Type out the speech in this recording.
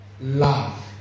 love